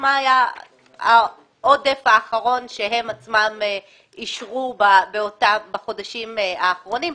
מה היה העודף האחרון שהם עצמים אישרו בחודשים האחרונים.